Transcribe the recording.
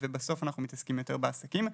ובסוף אנחנו מתעסקים יותר בעסקים.